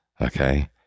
okay